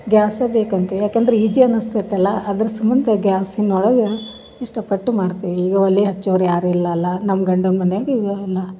gas ಬೇಕಂತೀವಿ ಯಾಕಂದ್ರೆ easy ಅನಸ್ತೈತಿ ಅಲ್ಲಾ ಅದ್ರ ಸಮಂತ ಗ್ಯಾಸಿನ್ ಒಳಗ ಇಷ್ಟ ಪಟ್ಟು ಮಾಡ್ತೀವಿ ಈಗ ಒಲಿ ಹಚ್ಚೋರು ಯಾರು ಇಲ್ಲ ಅಲ ನಮ್ಮ ಗಂಡನ ಮನೆಗೆ ಈಗ ಎಲ್ಲ